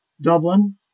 Dublin